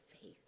faith